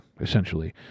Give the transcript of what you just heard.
essentially